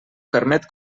permet